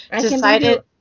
decided